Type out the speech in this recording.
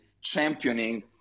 championing